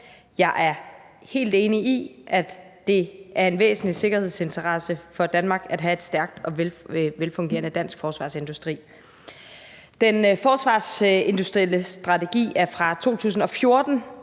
jeg er helt enig i, at det er en væsentlig sikkerhedsinteresse for Danmark at have en stærk og velfungerende dansk forsvarsindustri. Den forsvarsindustrielle strategi er fra 2014,